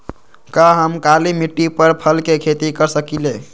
का हम काली मिट्टी पर फल के खेती कर सकिले?